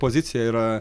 pozicija yra